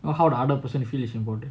well how the other person feel is important